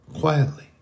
quietly